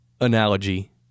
analogy